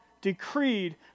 decreed